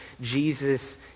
Jesus